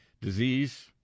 disease